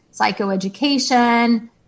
psychoeducation